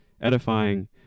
edifying